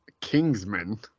Kingsman